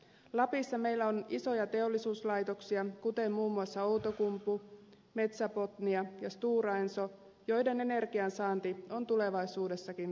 lapissa meillä on isoja teollisuuslaitoksia kuten muun muassa outokumpu metsä botnia ja stora enso joiden energiansaanti on tulevaisuudessakin turvattava